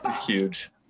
Huge